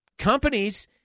Companies